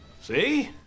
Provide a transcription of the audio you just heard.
See